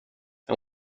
and